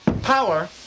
power